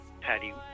Patty